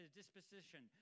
disposition